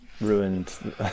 ruined